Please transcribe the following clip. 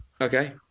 Okay